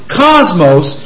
cosmos